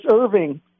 Irving